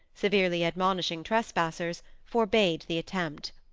severely admonishing trespassers, forbade the attempt.